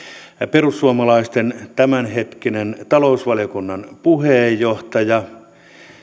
perussuomalaisten tämänhetkinen talousvaliokunnan puheenjohtaja